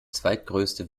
zweitgrößte